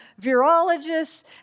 virologists